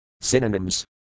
Synonyms